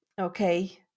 Okay